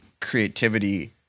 creativity